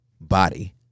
body